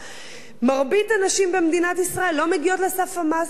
מרבית הנשים במדינת ישראל לא מגיעות לסף המס בכלל.